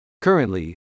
Currently